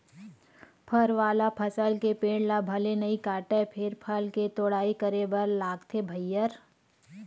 फर वाला फसल के पेड़ ल भले नइ काटय फेर फल के तोड़ाई करे बर लागथे भईर